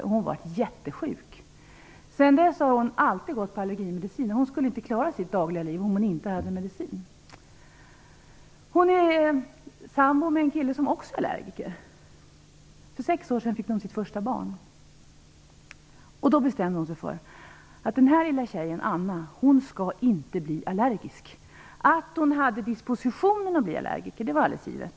Hon blev verkligen sjuk. Sedan dess har hon hela tiden gått på allergimedicin. Hon skulle inte klara sitt dagliga liv om hon inte hade medicin. Min syster är sambo med en kille som också är allergiker. För sex år sedan fick de sitt första barn. Då bestämde hon sig för att den här lilla tjejen, Anna, inte skall bli allergisk. Att hon har disposition att bli allergiker är givet.